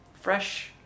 fresh